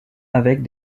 avec